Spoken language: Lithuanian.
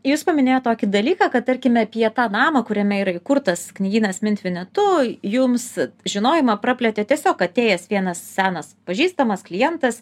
jūs paminėjot tokį dalyką kad tarkime apie tą namą kuriame yra įkurtas knygynas mint vinetu jums žinojimą praplėtė tiesiog atėjęs vienas senas pažįstamas klientas